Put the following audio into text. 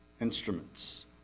instruments